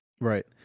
Right